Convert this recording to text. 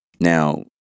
now